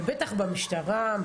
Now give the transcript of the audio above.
ובטח במשטרה,